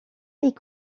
est